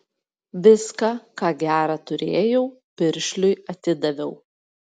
viską ką gera turėjau piršliui atidaviau